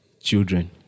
children